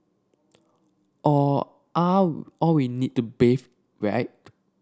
all are all we need to bathe right